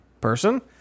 person